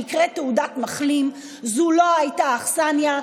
זו לא הייתה האכסניה,